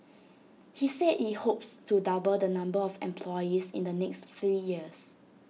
he said IT hopes to double the number of employees in the next three years